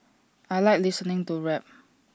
I Like listening to rap